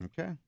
Okay